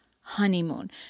honeymoon